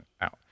out